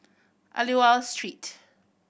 Aliwal Street